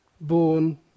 born